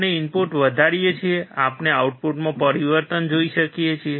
આપણે ઇનપુટ વધારીએ છીએ આપણે આઉટપુટમાં પરિવર્તન જોઈએ છે